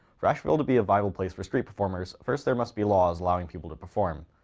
for asheville to be a viable place for street performers first there must be laws allowing people to perform.